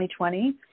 2020